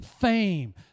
fame